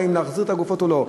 אם להחזיר את הגופות או לא.